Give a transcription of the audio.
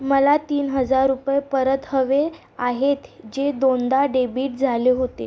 मला तीन हजार रुपये परत हवे आहेत जे दोनदा डेबिट झाले होते